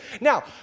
Now